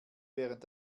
während